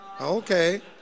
Okay